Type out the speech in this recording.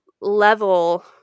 level